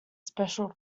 special